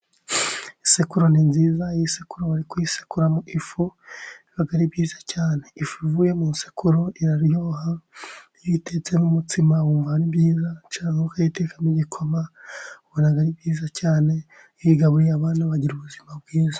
Isekuru ni nziza, iyo isekuru bari kuyisekuramo ifu biba ari byiza cyane. Ifu ivuye mu isekuru iraryoha, iyo uyitetsemo umutsima wumva ari byiza, cyangwa ukayitekamo igikoma ubona ari byiza cyane. Iyo uyigaburiye abana bagira ubuzima bwiza.